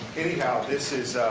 anyhow, this is,